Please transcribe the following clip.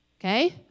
okay